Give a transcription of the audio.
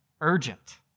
urgent